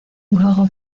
luego